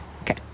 Okay